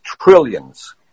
trillions